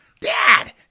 dad